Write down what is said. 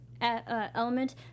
element